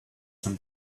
some